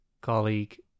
colleague